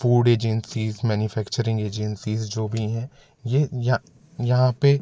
food agencies manufacturing agencies जो भी हैं ये यहाँ पे